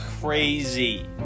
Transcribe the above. Crazy